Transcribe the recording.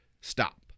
stop